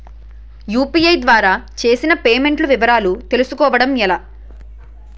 UPI ద్వారా చేసిన payments వివరాలు తెలుసుకోవటం ఎలా?